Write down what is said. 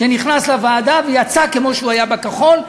שנכנס לוועדה ויצא כמו שהיה בכחול.